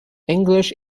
english